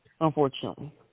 unfortunately